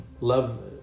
love